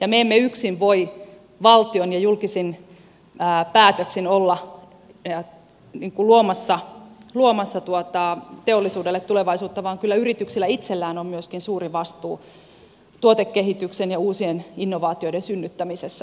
me emme yksin voi valtion ja julkisin päätöksin olla luomassa teollisuudelle tulevaisuutta vaan kyllä yrityksillä itsellään on myöskin suuri vastuu tuotekehityksen ja uusien innovaatioiden synnyttämisessä